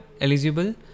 eligible